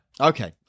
Okay